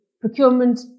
procurement